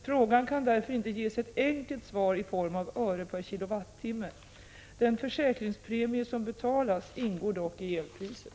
Frågan kan därför inte ges ett enkelt svar i form av öre per kilowattimme. Den försäkringspremie som betalas ingår dock i elpriset.